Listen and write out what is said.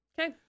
Okay